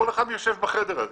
לכל אחד שיושב בחדר הזה.